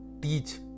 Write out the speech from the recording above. teach